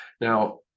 Now